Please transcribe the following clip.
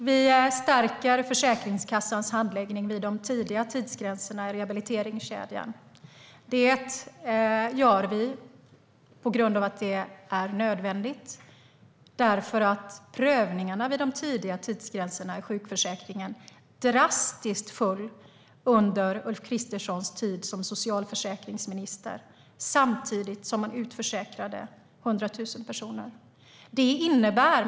Vi stärker Försäkringskassans handläggning vid de tidiga tidsgränserna i rehabiliteringskedjan. Det gör vi på grund av att det är nödvändigt, eftersom prövningarna vid de tidiga tidsgränserna i sjukförsäkringen drastiskt föll under Ulf Kristerssons tid som socialförsäkringsminister, samtidigt som man utförsäkrade 100 000 personer.